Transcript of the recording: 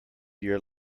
your